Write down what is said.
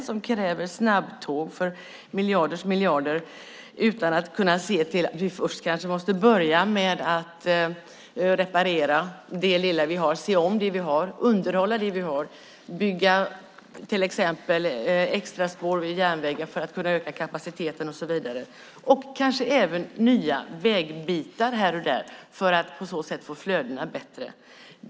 Vem är det som kräver snabbtåg för miljarders miljarder utan att se att vi kanske måste börja med att reparera, se om och underhålla det lilla vi har? Vi måste kanske till exempel bygga extra spår vid järnvägen för att kunna öka kapaciteten och så vidare, och kanske även nya vägbitar här och där för att på så sätt få bättre flöden.